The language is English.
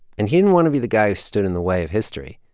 and he didn't want to be the guy who stood in the way of history.